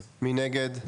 1 נגד,